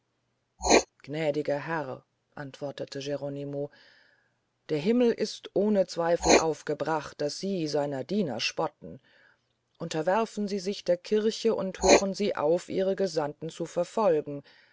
gnädiger herr antwortete geronimo der himmel ist ohne zweifel aufgebracht daß sie seiner diener spotten unterwerfen sie sich der kirche und hören sie auf ihre gesandten zu verfolgen